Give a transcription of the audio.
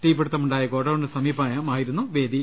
തീപിടുത്തമുണ്ടായ ഗോഡൌണിനു സമീപമായിരുന്നു വേദി